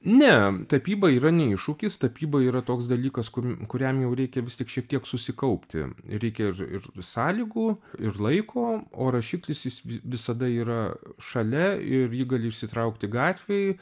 ne tapyba yra ne iššūkis tapyba yra toks dalykas kur kuriam jau reikia vis tik šiek tiek susikaupti reikia ir ir sąlygų ir laiko o rašiklis jis visada yra šalia ir jį gali išsitraukti gatvėj